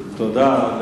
תוותר.